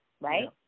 right